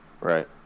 Right